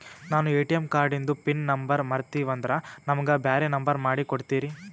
ನಾನು ಎ.ಟಿ.ಎಂ ಕಾರ್ಡಿಂದು pin number ಮರತೀವಂದ್ರ ನಮಗ ಬ್ಯಾರೆ ನಂಬರ್ ಮಾಡಿ ಕೊಡ್ತೀರಿ?